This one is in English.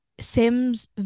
sims